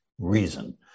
reason